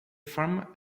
formed